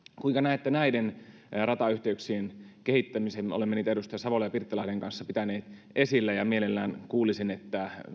kuinka näette näiden ratayhteyksien kehittämisen me olemme niitä edustaja savolan ja pirttilahden kanssa pitäneet esillä ja mielelläni kuulisin